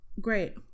Great